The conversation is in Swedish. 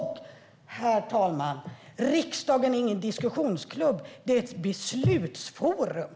Herr talman! Riksdagen är ingen diskussionsklubb - det är ett beslutsforum.